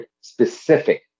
specific